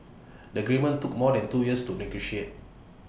the agreement took more than two years to negotiate